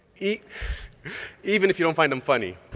yeah even if you don't find them funny.